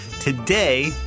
Today